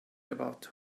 about